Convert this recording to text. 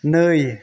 नै